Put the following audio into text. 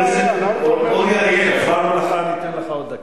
הפרענו לך, ניתן לך עוד דקה.